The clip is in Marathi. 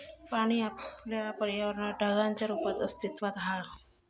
पाणी आपल्या पर्यावरणात ढगांच्या रुपात अस्तित्त्वात हा